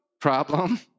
problem